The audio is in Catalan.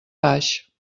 baix